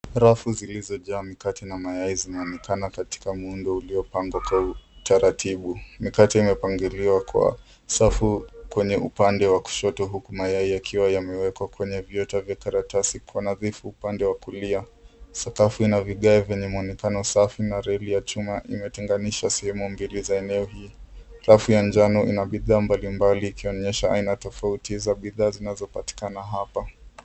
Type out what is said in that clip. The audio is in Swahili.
Rafu zilizojaa mkate na mayai zinaonekana katika muundo uliopangwa kwa utaratibu. Mikate imepangiliwa kwa safu kwenye upande wa kushoto huku mayai yakiwa yamewekwa kwenye viota vya karatasi kwa nadhifu upande wa kulia. Sakafu ina vigae vyenye muonekano safi na reli ya chuma imetinganishwa sehemu mbili za eneo hii. Rafu ya njano ina bidhaa mbali mbali ikionyesha aina tofauti za bidhaa zinazopatikana hapa.